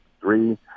three